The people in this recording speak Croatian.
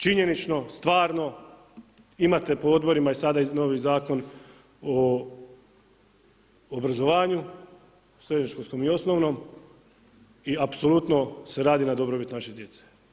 Činjenično, stvarno imate po Odborima i sada novi Zakon o obrazovanju, srednjoškolskom i osnovnom i apsolutno se radi na dobrobit naše djece.